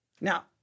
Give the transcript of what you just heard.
Now